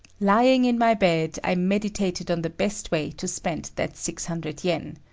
lying in my bed, i meditated on the best way to spend that six hundred yen.